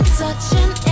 touching